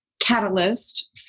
catalyst